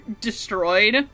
destroyed